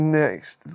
next